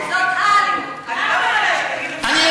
אל תגיד